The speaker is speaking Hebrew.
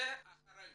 זאת האחריות.